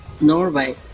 Norway